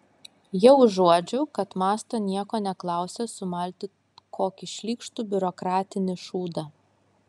jau užuodžiu kad mąsto nieko neklausęs sumalti kokį šlykštų biurokratinį šūdą